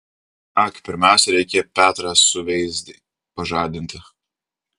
ak pirmiausia reikia petrą suveizdį pažadinti